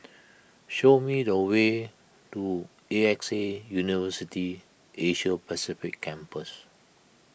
show me the way to A X A University Asia Pacific Campus